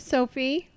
Sophie